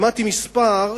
שמעתי מספר,